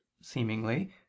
seemingly